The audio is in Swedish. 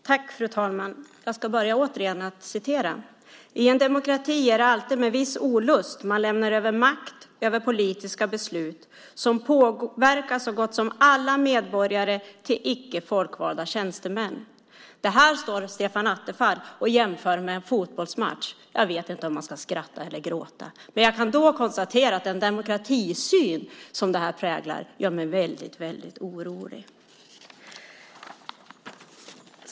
Fru talman! Jag ska återigen börja med att citera. "I en demokrati är det alltid med viss olust man lämnar över makt över politiska beslut som påverkar så gott som alla medborgare till icke folkvalda tjänstemän." Det här står Stefan Attefall och jämför med en fotbollsmatch. Jag vet inte om jag ska skratta eller gråta, men jag kan konstatera att den demokratisyn som detta präglas av gör mig väldigt orolig.